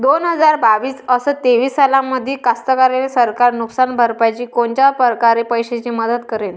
दोन हजार बावीस अस तेवीस सालामंदी कास्तकाराइले सरकार नुकसान भरपाईची कोनच्या परकारे पैशाची मदत करेन?